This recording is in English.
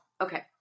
okay